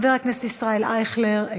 חבר הכנסת ישראל אייכלר,